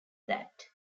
that